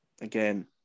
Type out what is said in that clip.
again